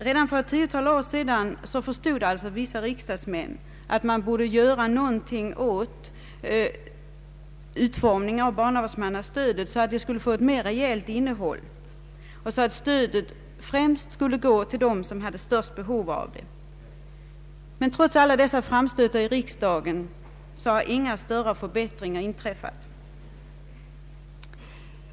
Redan för ett tiotal år sedan förstod alltså vissa riksdagsmän att något borde göras om barnavårdsmannastödet skulle få ett mera reellt innehåll och stödet främst gå till dem som hade det största behovet av det. Men trots alla dessa framstötar i riksdagen har inga större förbättringar inträffat.